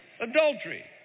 Adultery